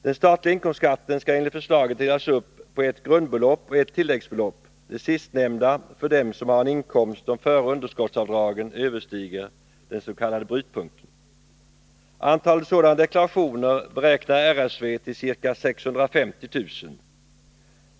Den statliga inkomstskatten skall enligt förslaget delas upp på ett grundbelopp och ett tilläggsbelopp, det sistnämnda för dem som har en inkomst som före underskottsavdragen överstiger den s.k. brytpunkten. Antalet sådana deklarationer beräknar RSV till ca 650 000.